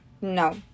no